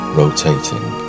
rotating